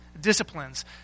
disciplines